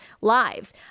lives